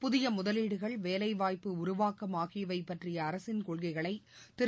புதிய முதலீடுகள் வேலைவாய்ப்பு உருவாக்கம் ஆகியவை பற்றிய அரசின் கொள்கைகளை திரு